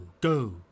go